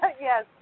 Yes